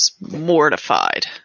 mortified